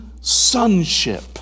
sonship